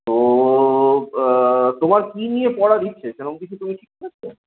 তো তোমার কি নিয়ে পড়ার ইচ্ছে সেরম কিছু তুমি ঠিক করেছ